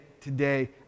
today